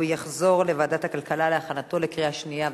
לוועדת הכלכלה נתקבלה.